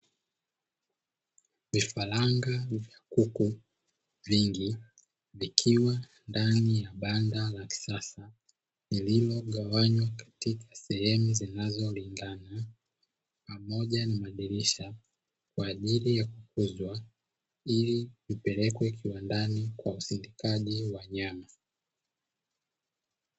Vifaranga vya kuku vingi vikiwa ndani ya banda la kisasa lililogawanywa katika sehemu zinazolingana, pamoja na madirisha, kwa ajili ya kukuzwa ili vipelekwe kiwandani kwa usindikaji wa nyama.